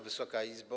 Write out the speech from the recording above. Wysoka Izbo!